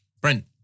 Brent